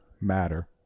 matter